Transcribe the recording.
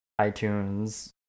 iTunes